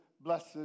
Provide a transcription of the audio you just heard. blessed